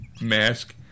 mask